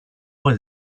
why